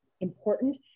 important